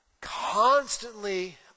constantly